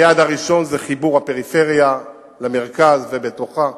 היעד הראשון זה חיבור הפריפריה למרכז ובתוכה,